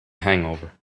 hangover